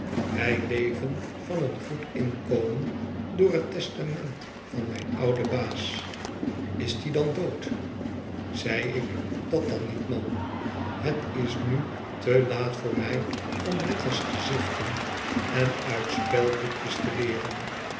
wij leven van een goed inkomen door het testament van mijn ouden baas is die dan dood izei ik dat dan niet man het is nu te laat voor mij om letters te xiften en uit spelboekjes te leeren